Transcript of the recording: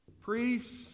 priests